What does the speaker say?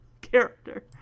character